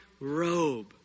robe